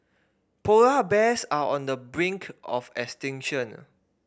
polar bears are on the brink of extinction